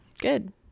Good